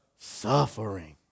suffering